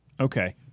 Okay